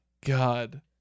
god